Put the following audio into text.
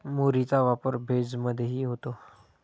मुरीचा वापर भेज मधेही होतो